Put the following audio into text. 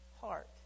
heart